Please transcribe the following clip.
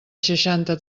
seixanta